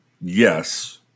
yes